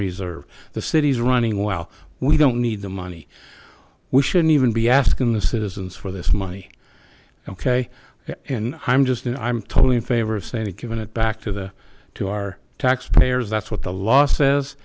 reserve the city's running well we don't need the money we shouldn't even be asking the citizens for this money ok and i'm just i'm totally in favor of saying that giving it back to the to our taxpayers that's what the law says